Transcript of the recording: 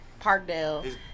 Parkdale